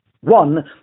one